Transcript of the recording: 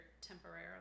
temporarily